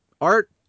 Art